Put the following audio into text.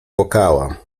płakała